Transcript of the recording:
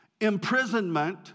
imprisonment